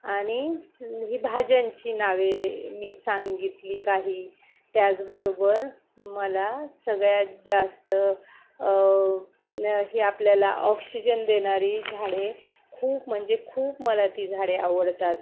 आणि ही भाज्यांची नावे मी सांगितली काही त्याचबरोबर मला सगळ्यात जास्त ही आपल्याला ऑक्शिजन देणारी झाडे खूप म्हणजे खूप मला ती झाडे आवडतात